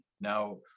Now